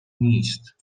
نیست